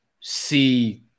see